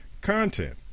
content